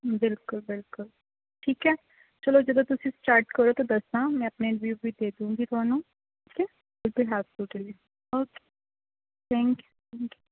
ਬਿਲਕੁਲ ਬਿਲਕੁਲ ਠੀਕ ਹੈ ਚਲੋ ਜਦੋਂ ਤੁਸੀਂ ਸਟਾਰਟ ਕਰੋ ਤਾਂ ਦੱਸਣਾ ਮੈਂ ਆਪਣੇ ਵਿਊਸ ਵੀ ਭੇਜ ਦੂੰਗੀ ਤੁਹਾਨੂੰ ਠੀਕ ਹੈ ਹੈਲਪ ਹੋ ਜੂਗੀ okay thank you thank you